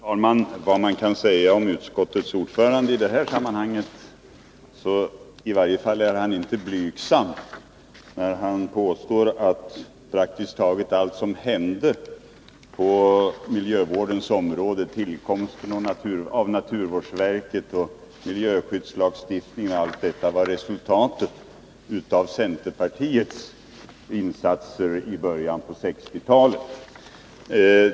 Herr talman! Vad man än kan säga om utskottets ordförande i det här sammanhanget, i varje fall är han inte blygsam när han påstår att prakiskt taget allt som hände på miljövårdens område — naturvårdsverket, miljöskyddslagstiftningen och allt detta — var resultatet av centerpartiets insatser i början av 1960-talet.